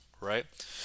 Right